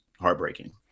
heartbreaking